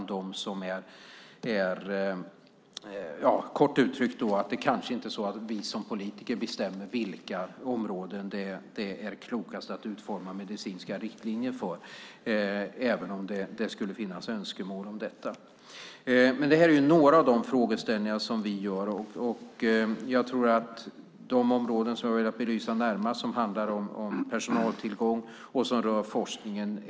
Det kanske inte är vi politiker som ska bestämma vilka områden som det är klokast att utforma medicinska riktlinjer för även om det skulle finnas önskemål om detta. Detta är några av de frågeställningar vi har. De områden som jag närmast har velat belysa handlar om personaltillgång och forskningen.